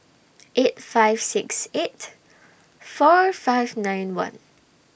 eight five six eight four five nine one